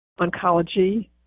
Oncology